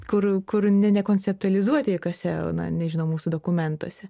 kur kur ne nekonceptualizuoti jokiose na nežinau mūsų dokumentuose